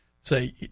say